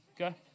Okay